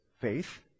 faith